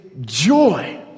joy